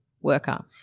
worker